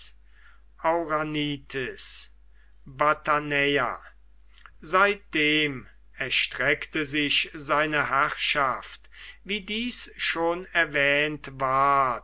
batanaea seitdem erstreckte sich seine herrschaft wie dies schon erwähnt ward